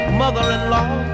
mother-in-law